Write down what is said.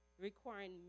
requiring